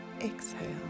Exhale